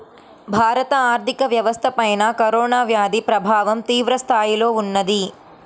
భారత ఆర్థిక వ్యవస్థపైన కరోనా వ్యాధి ప్రభావం తీవ్రస్థాయిలో ఉన్నది